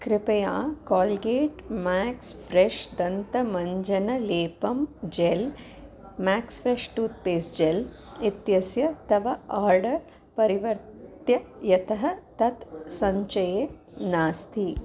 कृपया Colgate max fresh दन्तमञ्जनलेपं gel max fresh toothpaste gel इत्यस्य तव आर्डर् परिवर्त्य यतः तत् सञ्चये नास्ति